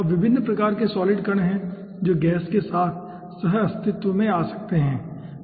अब विभिन्न प्रकार के सॉलिड कण हैं जो गैस के साथ सह अस्तित्व में आ सकते हैं ठीक है